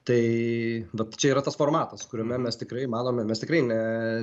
tai vat čia yra tas formatas kuriame mes tikrai manome mes tikrai ne